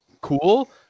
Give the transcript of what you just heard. cool